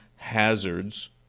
hazards